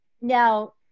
Now